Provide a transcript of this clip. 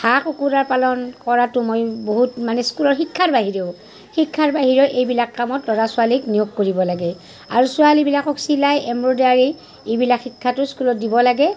হাঁহ কুকুৰা পালন কৰাতো মই বহুত মানে স্কুলত শিক্ষাৰ বাহিৰেও শিক্ষাৰ বাহিৰেও এইবিলাক কামত ল'ৰা ছোৱালীক নিয়োগ কৰিব লাগে আৰু ছোৱালীবিলাকক চিলাই এম্ব্ৰইডাৰী এইবিলাক শিক্ষাতো স্কুলত দিব লাগে